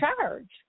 charge